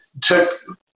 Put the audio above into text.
took